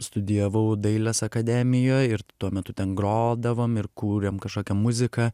studijavau dailės akademijoj ir tuo metu ten grodavom ir kūrėm kažkokią muziką